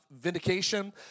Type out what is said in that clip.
vindication